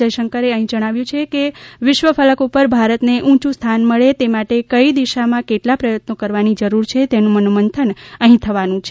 જય શંકરે અહી જણાવ્યુ છેકે વિશ્વ ફલક ઉપર ભારત ને ઊંચું સ્થાન મળે તે માટે કઈ દીશામાં કેટલા પ્રયત્નો કરવાની જરૂર છે તેનું મનોમંથન અહી થવાનું છે